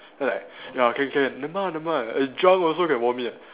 then I like ya can can never mind ah never mind ah drunk also can vomit